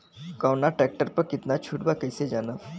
कवना ट्रेक्टर पर कितना छूट बा कैसे जानब?